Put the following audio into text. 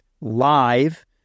live